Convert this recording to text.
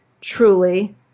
truly